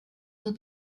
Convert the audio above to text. will